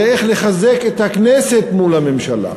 זה איך לחזק את הכנסת מול הממשלה,